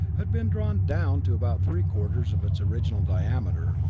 had been drawn down to about three quarters of its original diameter,